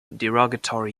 derogatory